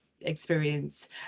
experience